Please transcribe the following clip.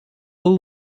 will